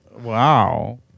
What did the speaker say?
wow